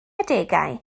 adegau